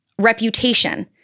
reputation